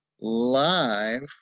live